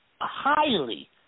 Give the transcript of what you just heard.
highly